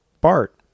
bart